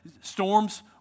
Storms